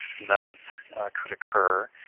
that could occur.